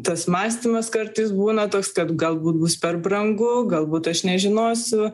tas mąstymas kartais būna toks kad galbūt bus per brangu galbūt aš nežinosiu